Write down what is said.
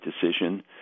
decision